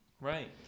Right